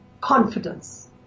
confidence